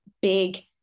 big